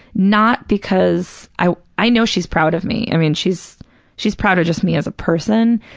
not because, i i know she's proud of me. i mean, she's she's proud of just me as a person,